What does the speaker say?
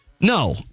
No